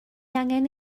angen